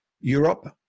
Europe